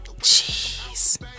Jeez